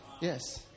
Yes